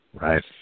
right